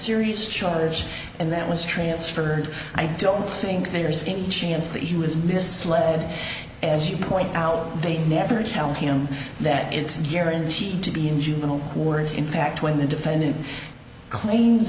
serious charge and that was transferred i don't think there's any chance that he was misled as you point out they never tell him that it's guaranteed to be in juvenile or is in fact when the defendant claims